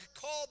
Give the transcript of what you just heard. called